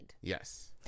Yes